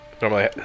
normally